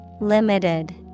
Limited